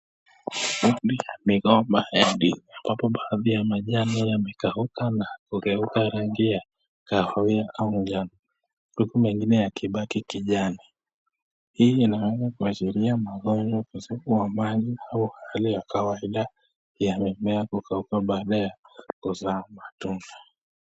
Hili ni gomba ya ndizi ambapo baadhi ya majani yamenyauka na kugeuka rangi ya kahawia au manjano huku ,mengine yakibaki kijani hii inaeza kuasiria ugonjwa au ukosefu wa maji ili yakaweza kukauka na kukosa kuzaa matunda.